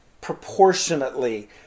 proportionately